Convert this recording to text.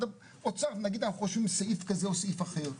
האוצר ואנחנו חושבים סעיף כזה או סעיף אחר.